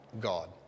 God